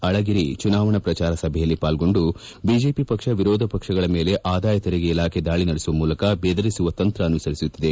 ಅಳಗಿರಿ ಚುನಾವಣಾ ಪ್ರಚಾರ ಸಭೆಯಲ್ಲಿ ಪಾಲ್ಗೊಂಡು ಬಿಜೆಪಿ ಪಕ್ಷ ವಿರೋಧ ಪಕ್ಷಗಳ ಮೇಲೆ ಆದಾಯ ತೆರಿಗೆ ಇಲಾಖೆ ದಾಳಿ ನಡೆಸುವ ಮೂಲಕ ಬೆದರಿಸುವ ತಂತ್ರ ಅನುಸರಿಸುತ್ತಿದೆ